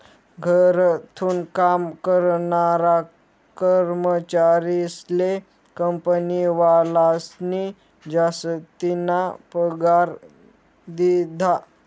घरथून काम करनारा कर्मचारीस्ले कंपनीवालास्नी जासतीना पगार दिधा